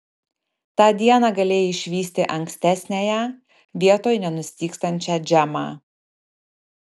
tą dieną galėjai išvysti ankstesniąją vietoj nenustygstančią džemą